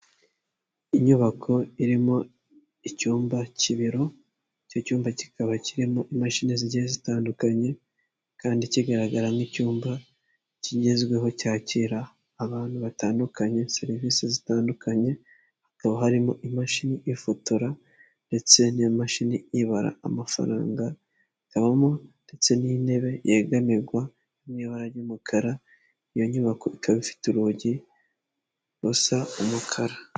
Inyubako irimo icyumba cy'ibiro icyo cyumba kikaba kirimo imashini zigiye zitandukanye kandi kigaragara nk icyumba kigezweho cyakira abantu batandukanye serivisi zitandukanye hakaba harimo imashini ifotora ndetse n'imashini ibara amafaranga hamo ndetse n'intebe yegamirwa n'ibara ry'umukara iyo nyubako ikaba ifite urugi rusa umukara.